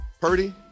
Purdy